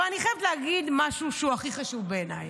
אבל אני חייבת להגיד משהו שהוא הכי חשוב בעיניי,